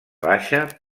baixa